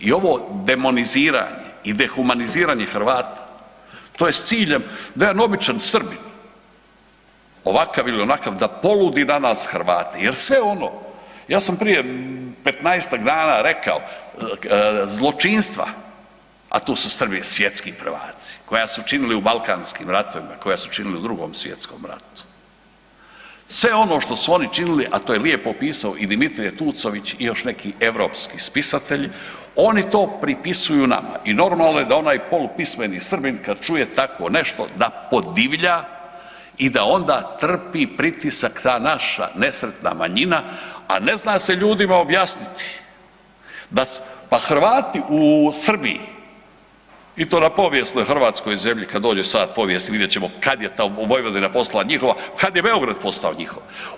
I ovo demoniziranje i dehumaniziranje Hrvata, to je s ciljem da jedan običan Srbin, ovakav ili onakav, da poludi na nas Hrvate jer sve ono, ja sam prije 15-tak dana rekao, zločinstva, a tu su Srbi svjetski prvaci koja su činili u balkanskim ratovima, koja su činila u II. svj. ratu, sve ono što su oni činili, a to je lijepo opisao i Dimitije Tucović i još neki europski spisatelji, oni to pripisuju nama i normalno je da onaj polupismeni Srbin kad čuje tako nešto da podivlja i da onda trpi pritisak ta naša nesretna manjina, a ne zna se ljudima objasniti da, pa Hrvati u Srbiji i to na povijesnoj hrvatskoj zemlji, kad dođe sat povijesti vidjeti ćemo kad je ta Vojvodina postala njihova, kad je Beograd postao njihov.